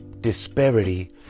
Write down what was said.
disparity